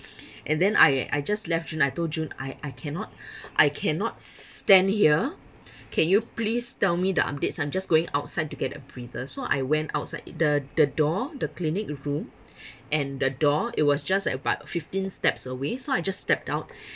and then I I just left and told june I I cannot I cannot s~ stand here can you please tell me the updates I'm just going outside to get a breather so I went outside the the door the clinic room and the door it was just like about fifteen steps away so I just stepped out